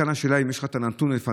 כאן השאלה היא אם יש לך נתון לפניך,